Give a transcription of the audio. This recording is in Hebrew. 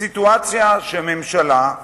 בסיטואציה שממשלה,